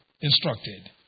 instructed